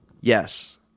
yes